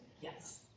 Yes